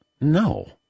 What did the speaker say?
no